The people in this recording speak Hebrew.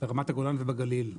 ברמת הגולן ובגליל.